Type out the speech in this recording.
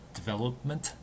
development